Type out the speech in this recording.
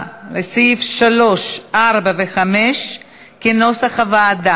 לסעיף 3. אנחנו נצביע.